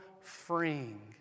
freeing